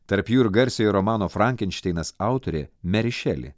tarp jų ir garsiojo romano frankenšteinas autorė meri šeli